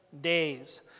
days